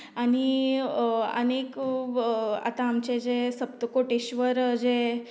आनी आनीक आतां आमचें जें सप्तकोटेश्वर जें